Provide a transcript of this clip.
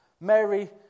Mary